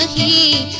e